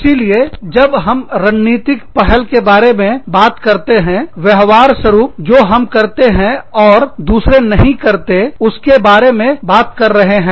इसीलिए जब हम रणनीतिक पहल के बारे में बात करते हैं व्यवहार स्वरूप जो हम करते हैं और दूसरे नहीं करते उसके बारे में बात कर रहे हैं